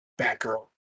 Batgirl